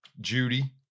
Judy